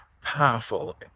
powerful